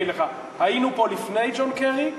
אני אגיד לך: היינו פה לפני ג'ון קרי,